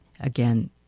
Again